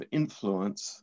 influence